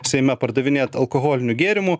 seime pardavinėt alkoholinių gėrimų